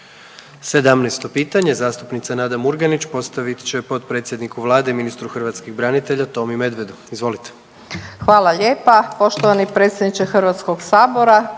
17. pitanje zastupnica Nada Murganić postavit će potpredsjedniku vlade i ministru hrvatskih branitelja Tomi Medvedu, izvolite. **Murganić, Nada (HDZ)** Hvala lijepa.